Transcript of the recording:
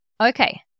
Okay